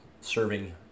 serving